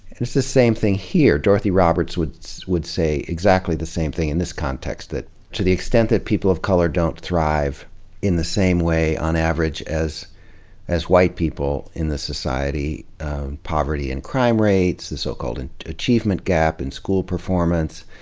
and it's the same thing here. dorothy roberts wou ld say exactly the same thing in this context, that to the extent that people of color don't thrive in the same way on average as as white people in this society poverty and crime rates, the so-called and achievement gap in school performance,